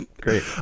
Great